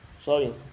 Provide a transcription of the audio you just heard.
Sorry